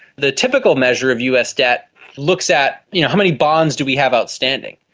the typical measure of us debt looks at you know how many bonds do we have outstanding.